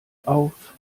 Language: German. auf